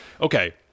Okay